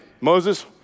Moses